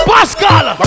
Pascal